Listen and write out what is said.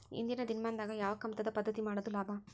ಇಂದಿನ ದಿನಮಾನದಾಗ ಯಾವ ಕಮತದ ಪದ್ಧತಿ ಮಾಡುದ ಲಾಭ?